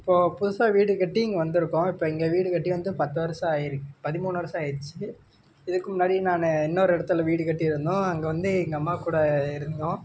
இப்போது புதுசாக வீடு கட்டி இங்கே வந்திருக்கோம் இப்போ இங்கே வீடு கட்டி வந்து பத்து வருடம் ஆயிருக்கு பதிமூணு வருடம் ஆயிடுச்சி இதுக்கு முன்னாடி நான் இன்னொரு இடத்துல வீடு கட்டியிருந்தோம் அங்கே வந்து எங்கள் அம்மா கூட இருந்தோம்